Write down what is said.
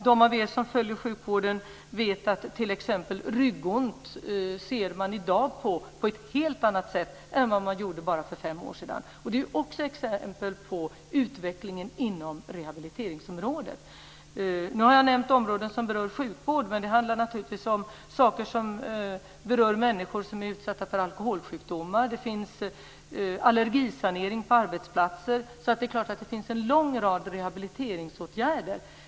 De av er som följer sjukvården vet att man i dag ser på t.ex. ryggont på ett helt annat sätt än vad man gjorde bara för fem år sedan. Det är också exempel på utvecklingen inom rehabiliteringsområdet. Nu har jag nämnt områden som berör sjukvård, men det handlar naturligtvis också om saker som berör människor som är utsatta för alkoholsjukdomar. Det finns allergisanering på arbetsplatser. Det är klart att det finns en lång rad rehabiliteringsåtgärder.